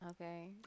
Okay